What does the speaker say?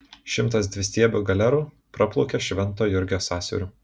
šimtas dvistiebių galerų praplaukė švento jurgio sąsiauriu